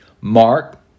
Mark